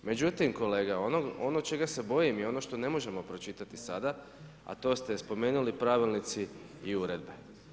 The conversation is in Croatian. Međutim kolega, ono čega se bojim i ono što ne možemo pročitati sada, a to ste spomenuli pravilnici i uredbe.